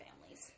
families